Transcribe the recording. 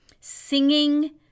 singing